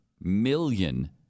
million